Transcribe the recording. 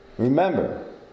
remember